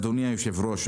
אדוני היושב-ראש,